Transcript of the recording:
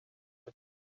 ist